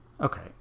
okay